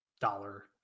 dollar